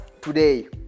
today